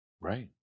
Right